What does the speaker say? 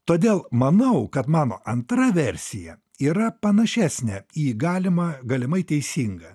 todėl manau kad mano antra versija yra panašesnė į galimą galimai teisingą